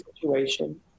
situation